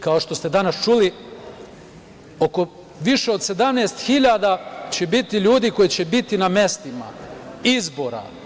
Kao što ste danas čuli, više od 17.000 će biti ljudi koji će biti na mestima izbora.